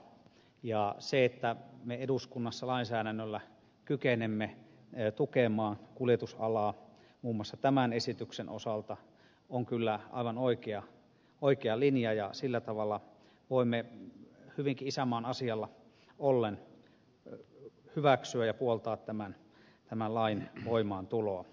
se että me eduskunnassa lainsäädännöllä kykenemme tukemaan kuljetusalaa muun muassa tämän esityksen osalta on kyllä aivan oikea linja ja sillä tavalla voimme hyvinkin isänmaan asialla ollen hyväksyä ja puoltaa tämän lain voimaantuloa